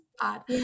odd